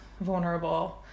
vulnerable